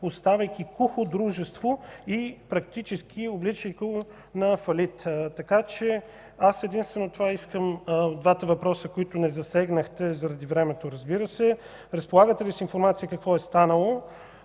оставяйки кухо дружество и практически обричайки го на фалит. Аз единствено това искам – от двата въпроса, които не засегнахте, заради времето разбира се: разполагате ли с информация какво е станало